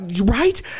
Right